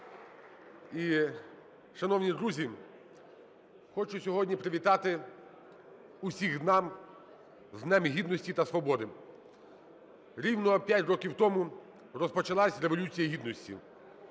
І, шановні друзі, хочу сьогодні привітатиусіх нас з Днем Гідності та Свободи. Рівно 5 років тому розпочалась Революція Гідності.